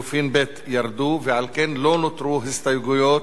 ועל כן לא נותרו הסתייגויות על כל הסעיפים.